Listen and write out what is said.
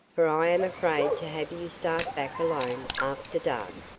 for i am afraid to have you start back alone after dark.